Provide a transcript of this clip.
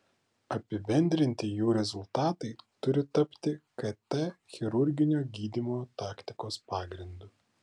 apibendrinti jų rezultatai turi tapti kt chirurginio gydymo taktikos pagrindu